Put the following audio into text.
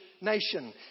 nation